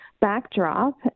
backdrop